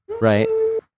right